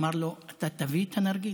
אמר לו: אתה תביא את הנרגילה.